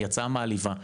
היא הצעה מעליבה.